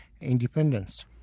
independence